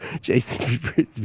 Jason